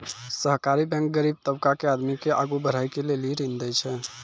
सहकारी बैंक गरीब तबका के आदमी के आगू बढ़ै के लेली ऋण देय छै